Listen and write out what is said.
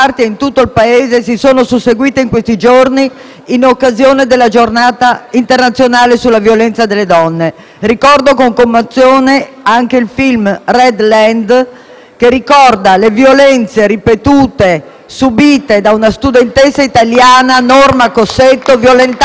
in occasione della Giornata internazionale sulla violenza sulle donne. Ricordo con commozione anche il film «Red Land», che parla delle violenze ripetute, subite da una studentessa italiana, Norma Cossetto, violentata da 17 partigiani di Tito,